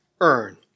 earn